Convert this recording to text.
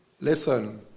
Listen